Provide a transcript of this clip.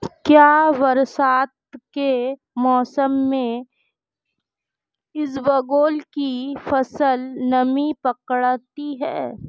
क्या बरसात के मौसम में इसबगोल की फसल नमी पकड़ती है?